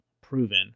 proven